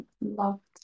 loved